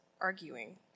arguing